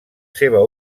seva